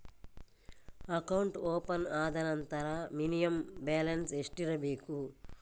Account open ಆದ ನಂತರ minimum balance ಎಷ್ಟಿರಬೇಕು?